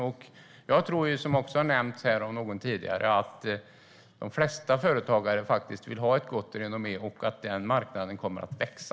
I likhet med någon tidigare talare tror jag att de flesta företagare vill ha ett gott renommé och att den marknaden kommer att växa.